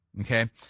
Okay